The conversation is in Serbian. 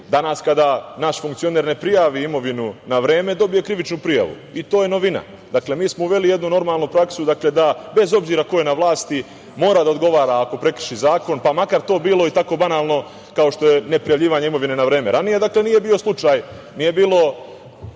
Danas kada naš funkcioner ne prijavi imovinu na vreme dobije krivičnu prijavu, i to je novina. Dakle, mi smo uveli jednu normalnu praksu da bez obzira ko je na vlasti mora da odgovara ako prekrši zakon, pa makar to bilo i tako banalno kao što je neprijavljivanje imovine na vreme.